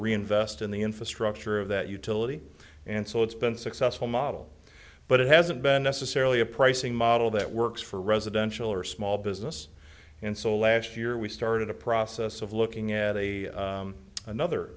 reinvest in the infrastructure of that utility and so it's been successful model but it hasn't been necessarily a pricing model that works for residential or small business and so last year we started a process of looking at a another